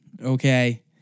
Okay